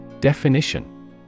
Definition